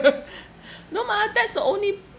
no mah that's the only